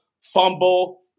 fumble